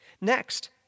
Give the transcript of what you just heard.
Next